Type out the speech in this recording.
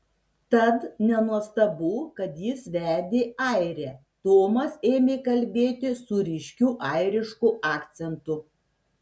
tad nenuostabu kad jis vedė airę tomas ėmė kalbėti su ryškiu airišku akcentu